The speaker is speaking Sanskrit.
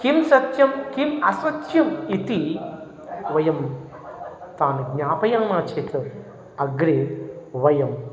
किं सत्यं किम् असत्यम् इति वयं तान् ज्ञापयामः चेत् अग्रे वयं